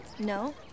No